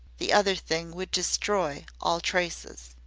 the other thing would destroy all traces.